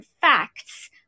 facts